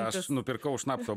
aš nupirkau šnapso